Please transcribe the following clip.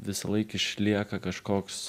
visąlaik išlieka kažkoks